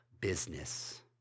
business